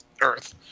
Earth